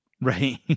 Right